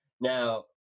Now